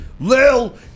Lil